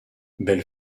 belle